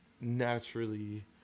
naturally